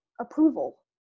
approval